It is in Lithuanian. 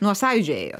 nuo sąjūdžio ėjot